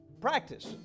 Practice